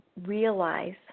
realize